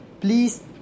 Please